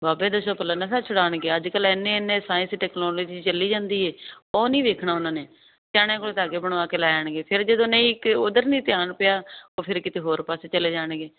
ਬਾਬੇ ਦੱਸੋ ਭਲਾ ਨਸ਼ਾ ਛੁਡਾਉਣਗੇ ਅੱਜ ਕੱਲ੍ਹ ਇੰਨੇ ਇੰਨੇ ਸਾਇੰਸ ਟੈਕਨੋਲੋਜੀ ਚਲੀ ਜਾਂਦੀ ਹੈ ਉਹ ਨਹੀਂ ਵੇਖਣਾ ਉਹਨਾਂ ਨੇ ਸਿਆਣਿਆਂ ਕੋਲ ਧਾਗੇ ਬਨਵਾ ਕੇ ਲੈ ਆਉਣਗੇ ਫਿਰ ਜਦੋਂ ਨਹੀਂ ਕਿ ਉਧਰ ਨਹੀਂ ਧਿਆਨ ਪਿਆ ਉਹ ਫਿਰ ਕਿਤੇ ਹੋਰ ਪਾਸੇ ਚਲੇ ਜਾਣਗੇ